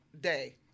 day